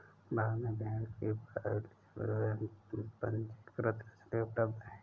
भारत में भेड़ की बयालीस पंजीकृत नस्लें उपलब्ध हैं